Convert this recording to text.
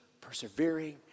persevering